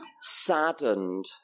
saddened